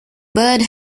bird